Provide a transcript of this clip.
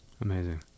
Amazing